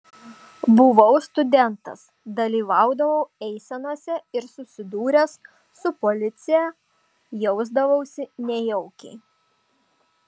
buvau studentas dalyvaudavau eisenose ir susidūręs su policija jausdavausi nejaukiai